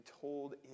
told